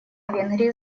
венгрии